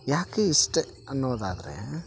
ಯಾಕೆ ಇಷ್ಟ ಅನ್ನೋದಾದರೆ